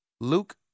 Luke